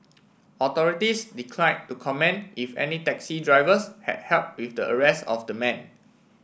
authorities declined to comment if any taxi drivers had help with the arrest of the man